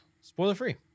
Spoiler-free